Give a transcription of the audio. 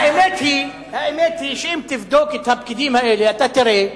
האמת היא שאם תבדוק את הפקידים האלה, אתה תראה,